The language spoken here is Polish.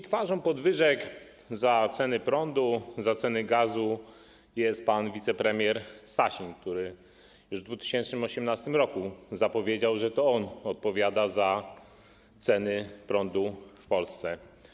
Twarzą podwyżek cen prądu, cen gazu jest pan wicepremier Sasin, który już w 2018 r. zapowiedział, że to on odpowiada za ceny prądu w Polsce.